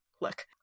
Look